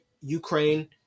Ukraine